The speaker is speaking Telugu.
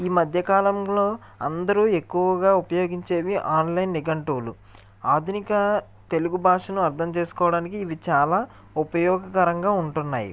ఈ మధ్యకాలంలో అందరు ఎక్కువగా ఉపయోగించేవి ఆన్లైన్ నిఘంటువులు ఆధునిక తెలుగు భాషను అర్థం చేసుకోవడానికి ఇవి చాలా ఉపయోగకరంగా ఉంటున్నాయి